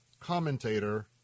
commentator